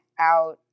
out